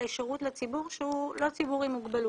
לשירות לציבור שהוא לא ציבור עם מוגבלות.